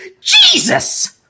Jesus